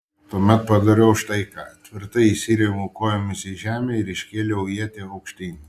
tuomet padariau štai ką tvirtai įsirėmiau kojomis į žemę ir iškėliau ietį aukštyn